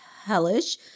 hellish